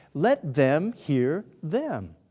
let them hear them.